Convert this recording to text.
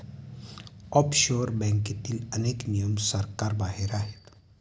offshore बँकेतील अनेक नियम सरकारबाहेर आहेत